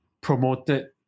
promoted